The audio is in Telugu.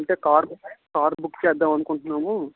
అంటే కార్ కార్ బుక్ చేద్దామని అకుంటున్నాము